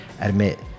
admit